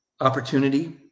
Opportunity